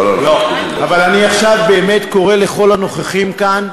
אבל אני עכשיו באמת קורא לכל הנוכחים כאן,